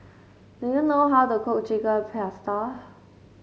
do you know how to cook Chicken Pasta